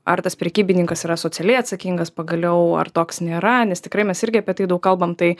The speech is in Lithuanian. ar tas prekybininkas yra socialiai atsakingas pagaliau ar toks nėra nes tikrai mes irgi apie tai daug kalbam tai